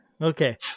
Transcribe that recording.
Okay